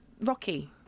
rocky